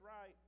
right